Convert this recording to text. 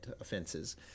offenses